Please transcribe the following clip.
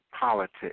politics